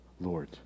Lord